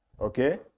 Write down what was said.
okay